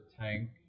tank